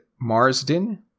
Marsden